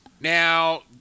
Now